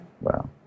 Wow